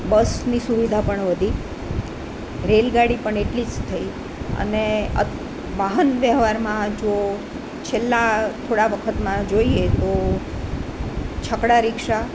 બસની સુવિધા પણ વધી રેલ ગાડી પણ એટલી જ થઈ અને વાહન વ્યવહારમાં જો છેલ્લાં થોડા વખતમાં જોઈએ તો છકડા રિક્ષા